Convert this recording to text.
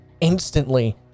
instantly